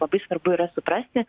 labai svarbu yra suprasi